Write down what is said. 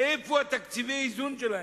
איפה תקציבי האיזון שלהם?